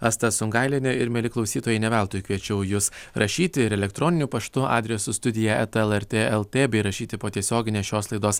asta sungailienė ir mieli klausytojai ne veltui kviečiau jus rašyti elektroniniu paštu adresu studija eta lrt lt bei rašyti po tiesioginės šios laidos